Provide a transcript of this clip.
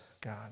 God